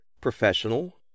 professional